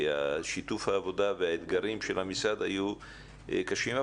כי שיתוף העבודה והאתגרים של המשרד היו קשים.